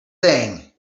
thing